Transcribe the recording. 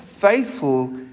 faithful